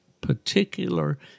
particular